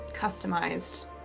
customized